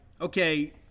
okay